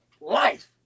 Life